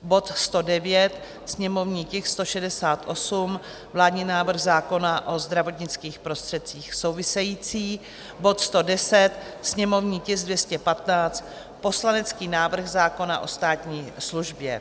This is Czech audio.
bod 109, sněmovní tisk 168, vládní návrh zákona o zdravotnických prostředcích související; bod 110, sněmovní tisk 215, poslanecký návrh zákona o státní službě.